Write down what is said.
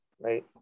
right